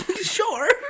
Sure